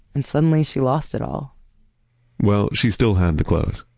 and suddenly she lost it all well, she still had the clothes.